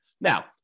Now